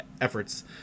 efforts